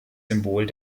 symbol